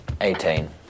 Eighteen